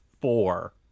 four